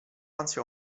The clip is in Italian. ansia